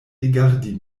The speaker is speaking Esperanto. rigardi